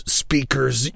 speakers